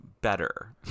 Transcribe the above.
better